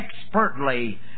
expertly